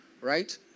right